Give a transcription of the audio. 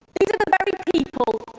these are the very people